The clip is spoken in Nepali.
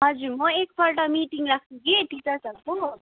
हजुर म एकपल्ट मिटिङ राख्छु कि टिचर्सहरूको